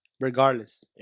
regardless